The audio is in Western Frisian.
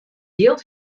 jild